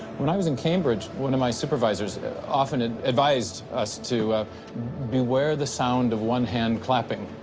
when i was in cambridge, one of my supervisors often and advised us to beware the sound of one hand clapping,